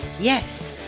Yes